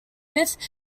fifth